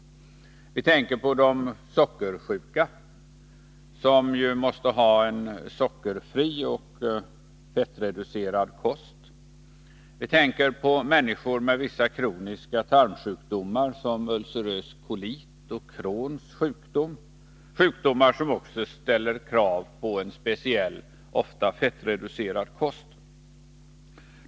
Vi tänker på de sockersjuka, som ju måste ha en sockerfri och fettreducerad kost. Vi tänker på människor med vissa kroniska tarmsjukdomar som ulcerös kolit och Crohns sjukdom — sjukdomar som också ställer krav på en speciell, ofta fettreducerad kost.